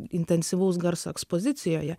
intensyvaus garso ekspozicijoje